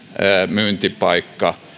myyntipaikka